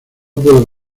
puedo